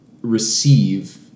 receive